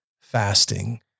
fasting